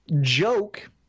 Joke